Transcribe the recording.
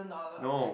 no